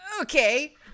okay